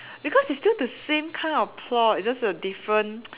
because it's still the same kind of plot it's just the different